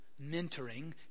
mentoring